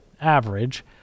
average